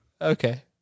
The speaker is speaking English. Okay